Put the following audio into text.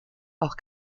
auch